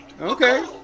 Okay